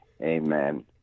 amen